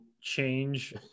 change